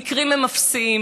המקרים הם אפסיים.